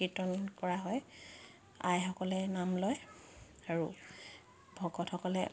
কীৰ্তন কৰা হয় আইসকলে নাম লয় আৰু ভকতসকলে